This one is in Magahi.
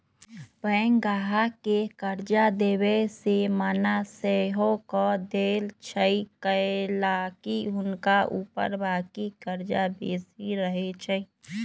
बैंक गाहक के कर्जा देबऐ से मना सएहो कऽ देएय छइ कएलाकि हुनका ऊपर बाकी कर्जा बेशी रहै छइ